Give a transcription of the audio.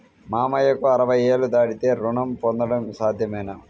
మామయ్యకు అరవై ఏళ్లు దాటితే రుణం పొందడం సాధ్యమేనా?